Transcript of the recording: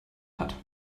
hat